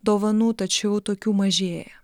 dovanų tačiau tokių mažėja